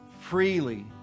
freely